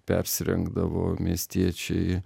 persirengdavo miestiečiai